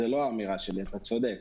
זאת לא אמירה שלי ואתה צודק.